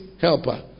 helper